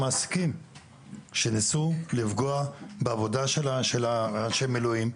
מעסיקים שניסו לפגוע בעבודה של אנשי המילואים.